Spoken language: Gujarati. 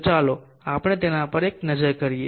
તો ચાલો આપણે તેના પર એક નજર કરીએ